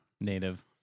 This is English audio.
Native